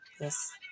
Yes